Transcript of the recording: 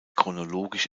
chronologisch